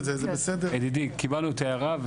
ידידי, קיבלנו את ההערה.